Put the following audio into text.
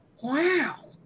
Wow